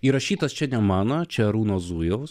įrašytas čia ne mano čia arūno zujaus